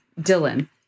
Dylan